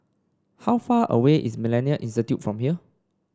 how far away is MillenniA Institute from here